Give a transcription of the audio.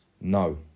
No